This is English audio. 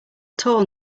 tall